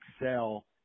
excel